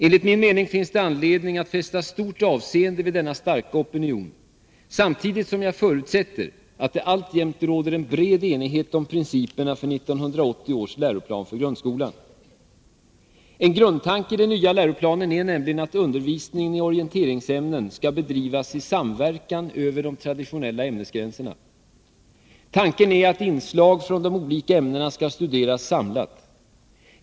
Enligt min mening finns det anledning att fästa stort avseende vid denna starka opinion samtidigt som jag förutsätter att det alltjämt råder en bred enighet om principerna för 1980 års läroplan för grundskolan . En grundtanke i den nya läroplanen är nämligen att undervisningen i orienteringsämnen skall bedrivas i samverkan över de traditionella ämnesgränserna. Tanken är att inslag från de olika ämnena skall studeras samlat.